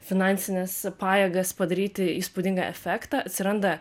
finansines pajėgas padaryti įspūdingą efektą atsiranda